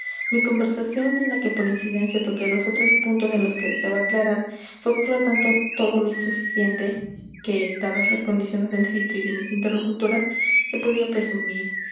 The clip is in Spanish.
mi conversación en la que por incidencia toqué dos ó tres puntos de los que deseaba aclarar fué por lo tanto todo lo insuficiente que dadas las condiciones del sitio y de mis interlocutoras se podía presumir